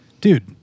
dude